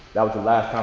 that was the last time